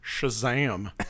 shazam